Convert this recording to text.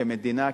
כמדינה,